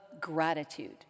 gratitude